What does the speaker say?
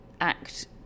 act